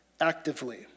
actively